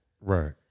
Right